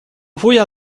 wuja